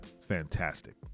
fantastic